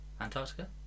Antarctica